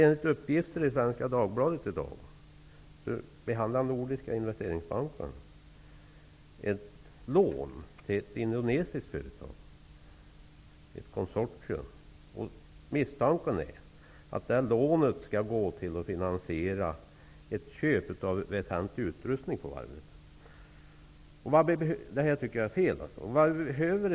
Nordiska Investeringsbanken en ansökan om ett lån från ett indonesiskt företag -- ett konsortium. Misstankarna är att lånet skall gå till att finansiera ett köp av utrustning på varvet. Jag tycker att det är fel.